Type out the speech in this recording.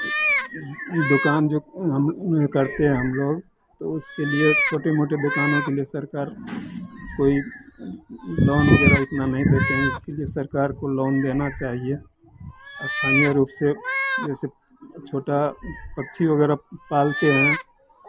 दुकान जो करते हैं हम लोग तो उसके लिए छोटी मोटी दुकानों के लिए सरकार कोई लोन वगैरह इतना नहीं देते हैं इसलिए सरकार को लोन देना चाहिए स्थानीय रूप से जैसे छोटा पक्षी वगैरह पालते हैं